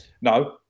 No